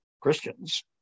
Christians